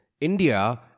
India